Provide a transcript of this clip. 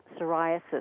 psoriasis